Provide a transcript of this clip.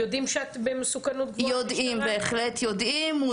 הם יודעים שאת במסוכנות גבוהה במשטרה?